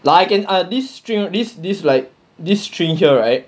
like an art this string this this like this string here right